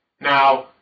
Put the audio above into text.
Now